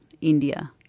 India